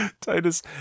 Titus